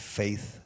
faith